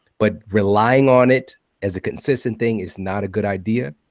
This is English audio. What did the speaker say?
but relying on it as a consistent thing is not a good idea.